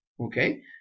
okay